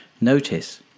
Notice